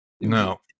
no